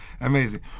Amazing